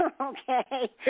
Okay